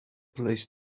place